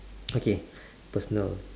okay personal